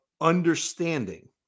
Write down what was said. understanding